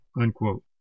unquote